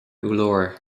urlár